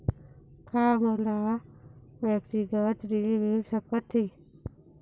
का मोला व्यक्तिगत ऋण मिल सकत हे?